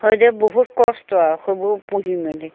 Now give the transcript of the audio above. সেইদৰে বহুত কষ্ট আৰু সেইবোৰ পুহি মেলি